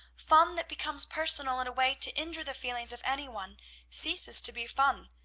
fun that becomes personal in a way to injure the feelings of any one ceases to be fun,